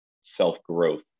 self-growth